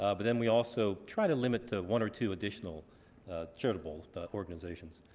ah but then we also try to limit to one or two additional charitable but organizations.